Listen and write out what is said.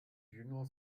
jünger